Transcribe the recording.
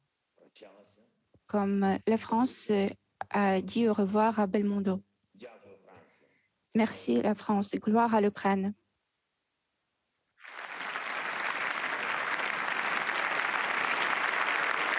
comme la France a dit adieu au grand Belmondo. Merci à la France et gloire à l'Ukraine